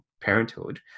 parenthood